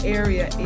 area